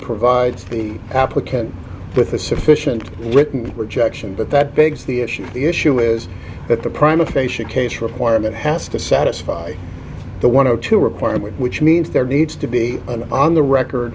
provides the applicant with a sufficient written rejection but that begs the issue the issue is that the primus facia case requirement has to satisfy the one or two requirement which means there needs to be an on the record